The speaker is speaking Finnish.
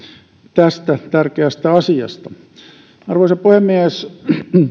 tästä tärkeästä asiasta arvoisa puhemies